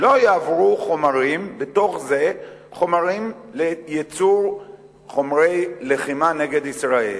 לא יעברו בתוך זה חומרים לייצור חומרי לחימה נגד ישראל.